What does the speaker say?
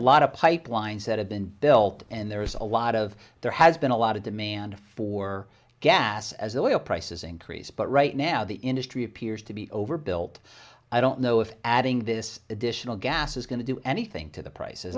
of pipelines that have been built and there is a lot of there has been a lot of demand for gas as the oil prices increase but right now the industry appears to be overbuilt i don't know if adding this additional gas is going to do anything to the price